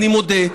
אני מודה,